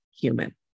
human